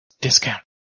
Discount